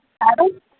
ଆରୁ